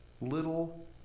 little